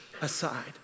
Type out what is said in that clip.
aside